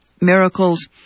miracles